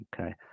Okay